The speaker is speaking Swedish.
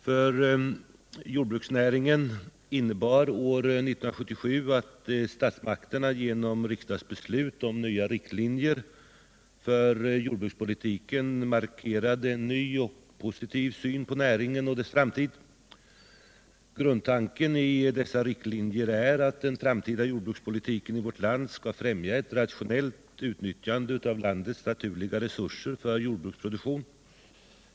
För jordbruksnäringen innebar år 1977 att statsmakterna genom riksdagsbeslutet om nya riktlinjer för jordbrukspolitiken markerade en ny och positiv syn på näringen och dess framtid. Grundtanken i dessa riktlinjer är att den framtida jordbrukspolitiken i vårt land skall främja ett rationellt utnyttjande av landets naturliga resurser för jordbruksproduktion.